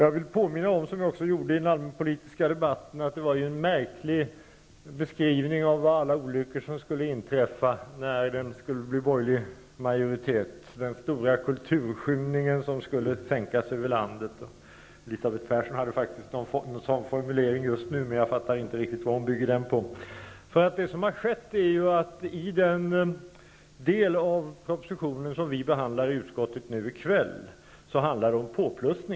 Jag vill påminna om, som jag också gjorde i den allmänpolitiska debatten, att det gjorts en märklig beskrivning av alla olyckor som skulle inträffa när det blev en borgerlig majoritet. Den stora kulturskymningen skulle sänkas över landet. Elisabeth Persson uttalade faktiskt en sådan formulering nyss. Men jag förstår inte vad hon bygger den på. Men vad som har hänt är, att i den del av propositionen som vi behandlar i kammaren i kväll är det fråga om att plussa på.